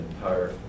entire